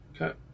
Okay